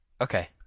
Okay